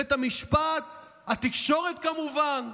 בית המשפט, התקשורת, כמובן.